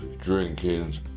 drinking